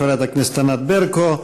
חברת הכנסת ענת ברקו,